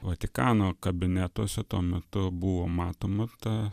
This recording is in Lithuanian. vatikano kabinetuose tuo metu buvo matoma ta